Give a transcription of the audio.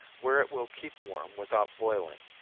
where it will keep warm without boiling,